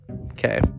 Okay